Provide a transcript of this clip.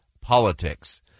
politics